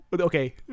Okay